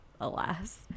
alas